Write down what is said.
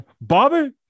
Bobby